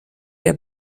der